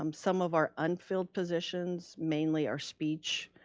um some of our unfilled positions, mainly our speech,